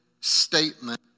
statement